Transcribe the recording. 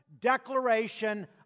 declaration